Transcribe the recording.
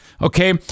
okay